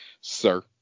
sir